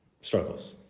struggles